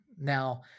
Now